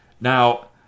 Now